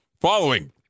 following